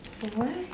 what